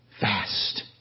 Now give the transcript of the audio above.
fast